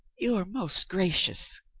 you are most gracious.